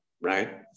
Right